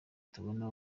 tubona